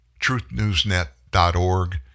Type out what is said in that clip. truthnewsnet.org